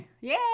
Yay